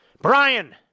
Brian